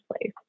place